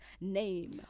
name